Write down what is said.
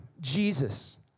Jesus